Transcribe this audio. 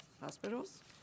hospitals